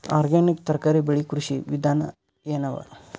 Organic ತರಕಾರಿ ಬೆಳಿ ಕೃಷಿ ವಿಧಾನ ಎನವ?